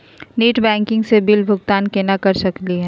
Net banking स bill भुगतान केना कर सकली हे?